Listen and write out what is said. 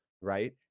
right